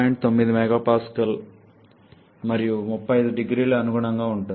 9 MPa మరియు 35 0Cకి అనుగుణంగా ఉంటుంది